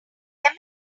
have